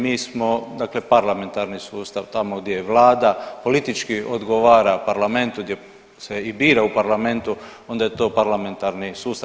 Mi smo dakle parlamentarni sustav tamo gdje vlada politički odgovara parlamentu, gdje se i bira u parlamentu onda je to parlamentarni sustav.